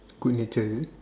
good nature is it